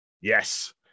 Yes